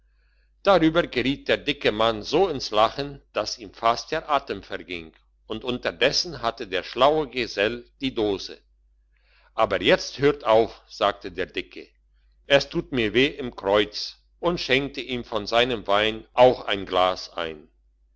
darüber geriet der dicke mann so ins lachen dass ihm fast der atem verging und unterdessen hatte der schlaue gesell die dose aber jetzt hört auf sagte der dicke es tut mir weh im kreuz und schenkte ihm von seinem wein auch ein glas ein